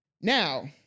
Now